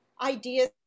ideas